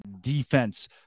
defense